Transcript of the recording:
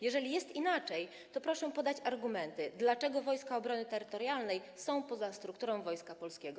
Jeżeli jest inaczej, to proszę podać argumenty, dlaczego Wojska Obrony Terytorialnej są poza strukturą Wojska Polskiego.